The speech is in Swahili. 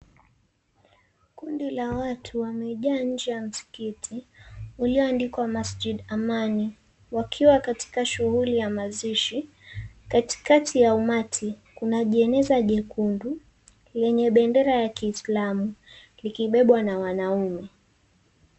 Kundi la watu wamejaa nje ya msikiti uliyoandikwa masjid amani wakiwa katika shughuli ya mazishi. Katikati ya umati ,kuna jeneza jekundu lenye bendera la kislamu likibebwa na wanaume.